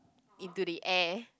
into the air